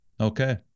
Okay